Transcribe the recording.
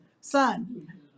son